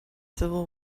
civil